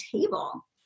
table